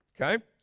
Okay